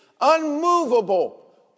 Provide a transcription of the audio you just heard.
unmovable